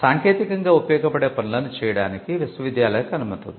సాంకేతికంగా ఉపయోగపడే పనులను చేయడానికి విశ్వవిద్యాలయాలకు అనుమతి ఉంది